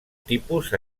tipus